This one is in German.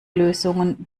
lösungen